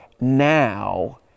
now